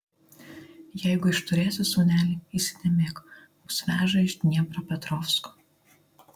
jeigu išturėsi sūneli įsidėmėk mus veža iš dniepropetrovsko